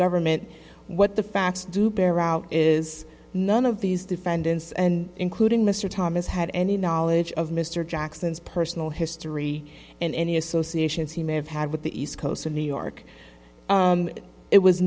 government what the facts do bear out is none of these defendants and including mr thomas had any knowledge of mr jackson's personal history in any associations he may have had with the east coast in new york it was